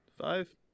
Five